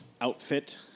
outfit